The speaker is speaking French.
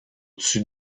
dessus